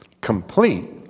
complete